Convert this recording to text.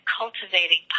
cultivating